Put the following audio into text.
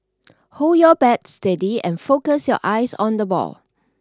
hold your bat steady and focus your eyes on the ball